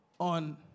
on